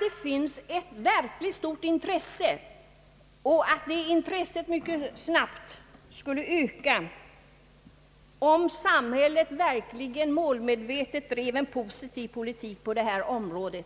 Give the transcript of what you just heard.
Det finns ett verkligt stort intresse för sådana trädgårdar, ett intresse som skulle öka mycket snabbt, om samhället verkligen målmedvetet drev en positiv politik på detta område.